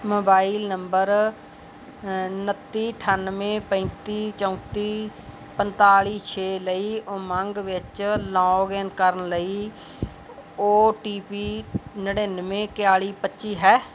mobile number ਉਣੱਤੀ ਅਠਾਨਵੇਂ ਪੈਂਤੀ ਚੌਂਤੀ ਪੰਤਾਲੀ ਛੇ ਲਈ ਉਮੰਗ ਵਿੱਚ ਲੌਗਇਨ ਕਰਨ ਲਈ ਓ ਟੀ ਪੀ ਨੜਿਨਵੇਂ ਇਕਤਾਲੀ ਪੱਚੀ ਹੈ